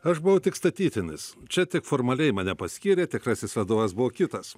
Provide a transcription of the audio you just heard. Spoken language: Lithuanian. aš buvau tik statytinis čia tik formaliai mane paskyrė tikrasis vadovas buvo kitas